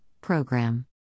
program